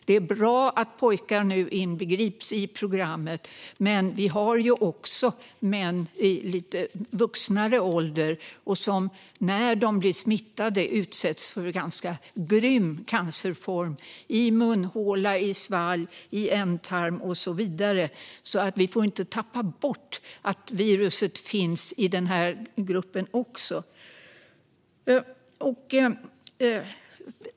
Det är bra att pojkar nu inbegrips i programmet, men vi har ju också män i lite vuxnare ålder som när de blir smittade utsätts för en ganska grym cancerform i munhåla, i svalg, i ändtarm och så vidare. Vi får inte tappa bort att viruset finns också i denna grupp.